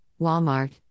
Walmart